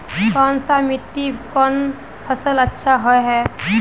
कोन सा मिट्टी में कोन फसल अच्छा होय है?